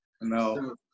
No